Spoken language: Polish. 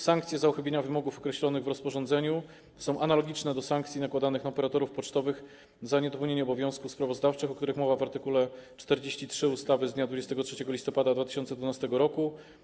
Sankcje za uchybienia wymogów określonych w rozporządzeniu są analogiczne do sankcji nakładanych na operatorów pocztowych za niedopełnienie obowiązków sprawozdawczych, o których mowa w art. 43 ustawy z dnia 23 listopada 2012 r.